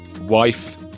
wife